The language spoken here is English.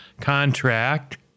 contract